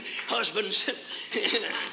husbands